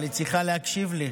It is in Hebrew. אבל היא צריכה להקשיב לי.